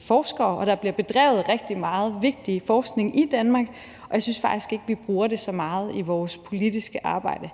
forskere, og der bliver bedrevet rigtig meget vigtig forskning i Danmark, og jeg synes faktisk ikke, at vi bruger det så meget i vores politiske arbejde.